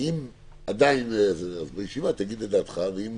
ואם עדיין לא השתכנעת, תגיד את דעתך בישיבה, ואם